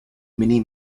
many